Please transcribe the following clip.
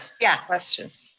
yeah, questions.